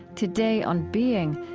today, on being,